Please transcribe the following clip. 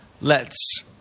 lets